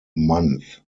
month